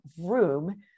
room